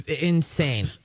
insane